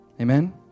amen